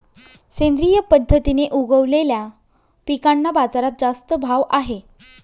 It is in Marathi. सेंद्रिय पद्धतीने उगवलेल्या पिकांना बाजारात जास्त भाव आहे